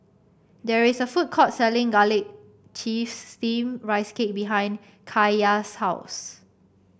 there is a food court selling Garlic Chives Steamed Rice Cake behind Kaiya's house